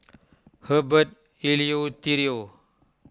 Herbert Eleuterio